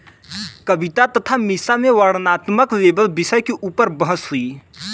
कविता तथा मीसा में वर्णनात्मक लेबल विषय के ऊपर बहस हुई